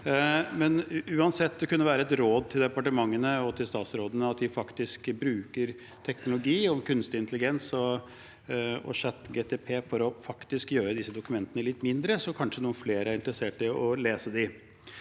tid. Uansett kunne det være et råd til departementene og til statsrådene at de bruker teknologi, kunstig intelligens og ChatGPT for å gjøre disse dokumentene litt mindre, sånn at kanskje noen flere er interessert i å lese dem.